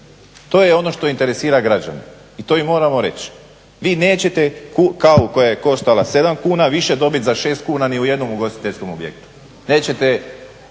To je ono što interesira građane, i to im moramo reći. Vi nećete kavu koja je koštala 7 kuna više dobiti za 6 kuna ni u jednom ugostiteljskom objektu, nećete